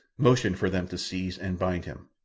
motioned for them to seize and bind him.